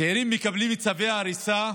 צעירים מקבלים צווי ההריסה,